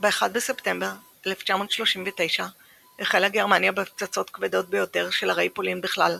ב-1 בספטמבר 1939 החלה גרמניה בהפצצות כבדות ביותר של ערי פולין בכלל,